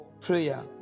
prayer